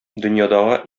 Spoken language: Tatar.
дөньядагы